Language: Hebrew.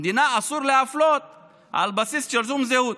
למדינה אסור להפלות על בסיס של שום זהות.